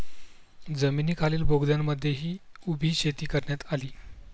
जमिनीखालील बोगद्यांमध्येही उभी शेती करण्यात आली